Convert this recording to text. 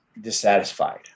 dissatisfied